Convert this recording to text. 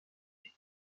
qui